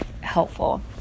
helpful